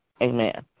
Amen